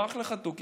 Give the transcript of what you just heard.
ברח לך תוכי,